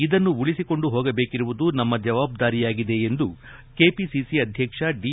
ಇದನ್ನು ಉಳಿಸಿಕೊಂಡು ಹೋಗಬೇಕಿರುವುದು ನಮ್ಮ ಜವಾಬ್ದಾರಿಯಾಗಿದೆ ಎಂದು ಕೆಪಿಸಿಸಿ ಅಧ್ಯಕ್ಷ ದಿ